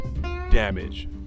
damage